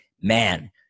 man